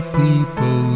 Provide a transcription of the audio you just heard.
people